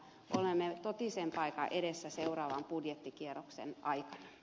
olemme totisen paikan edessä seuraavan budjettikierroksen aikana